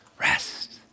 rest